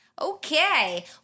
Okay